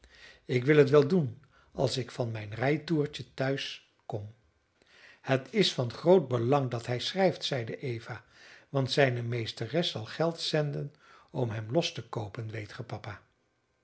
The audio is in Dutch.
ik wil het wel doen als ik van mijn rijtoertje tehuis kom het is van groot belang dat hij schrijft zeide eva want zijne meesteres zal geld zenden om hem los te koopen weet ge papa